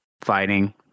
Fighting